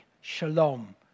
Shalom